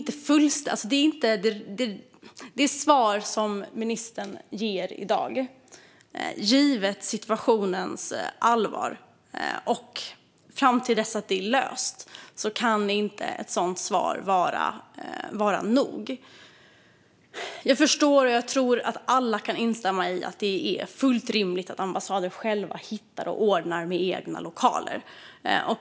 Det svar som ministern ger i dag kan inte, givet situationens allvar och fram till dess att den är löst, vara nog. Jag förstår, och jag tror att alla kan instämma i, att det är fullt rimligt att ambassader själva hittar och ordnar med egna lokaler.